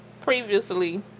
previously